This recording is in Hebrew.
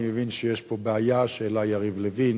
אני מבין שיש פה בעיה שהעלה יריב לוין